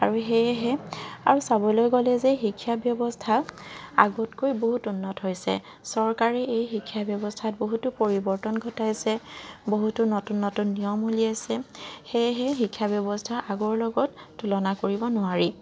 আৰু সেয়েহে আৰু চাবলৈ গ'লে যে শিক্ষা ব্যৱস্থা আগতকৈ বহুত উন্নত হৈছে চৰকাৰে এই শিক্ষা ব্যৱস্থাত বহুতো পৰিৱৰ্তন ঘটাইছে বহুতো নতুন নতুন নিয়ম উলিয়াইছে সেয়েহে শিক্ষা ব্যৱস্থা আগৰ লগত তুলনা কৰিব নোৱাৰি